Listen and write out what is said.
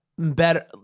Better